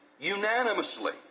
unanimously